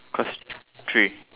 class three